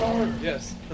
Yes